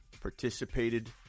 participated